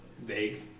vague